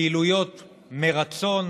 פעילויות "מרצון".